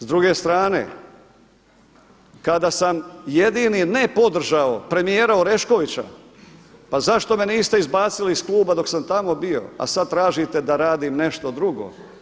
S druge strane, kada sam jedini ne podržao premijera Oreškovića pa zašto me niste izbacili iz kluba dok sam tamo bio, a sad tražite da radim nešto drugo.